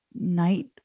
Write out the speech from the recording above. night